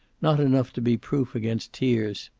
not enough to be proof against tears.